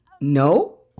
no